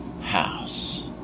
house